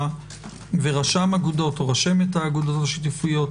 ורשם אגודות או רשמת האגודות השיתופיות.